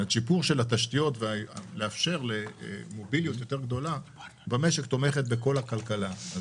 שיפור של התשתיות מאפשר למוביליות יותר גדולה וגם תומך בכל הכלכלה.